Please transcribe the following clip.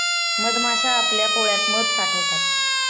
मधमाश्या आपल्या पोळ्यात मध साठवतात